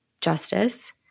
justice